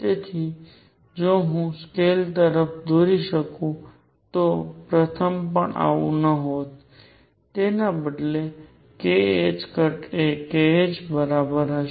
તેથી જો હું સ્કેલ તરફ દોરી શકું તો પ્રથમ પણ આવું ન હોત તેના બદલે k એ k h બરાબર હશે